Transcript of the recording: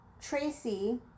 Tracy